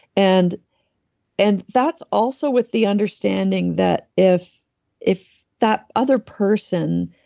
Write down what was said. and and that's also with the understanding that if if that other person